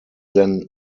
then